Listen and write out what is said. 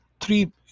three